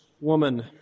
woman